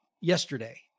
yesterday